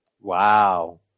Wow